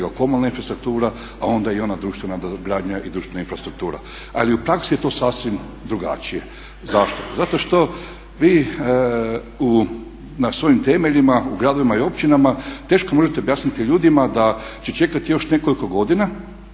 komunalna infrastruktura, a onda i ona društvena nadogradnja i društvena infrastruktura. Ali u praksi je to sasvim drugačije. Zašto? Zato što vi na svojim temeljima u gradovima i općinama teško možete objasniti ljudima da će čekati još nekoliko godina,